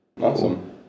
awesome